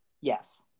Yes